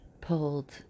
pulled